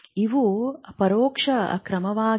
ಇವು ಪರೋಕ್ಷ ಕ್ರಮಗಳಾಗಿವೆ